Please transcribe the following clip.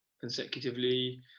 Consecutively